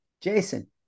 Jason